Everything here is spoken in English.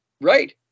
Right